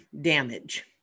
damage